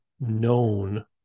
known